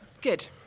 Good